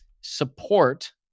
support